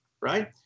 right